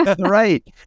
Right